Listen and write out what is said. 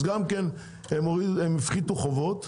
אז הפחיתו חובות,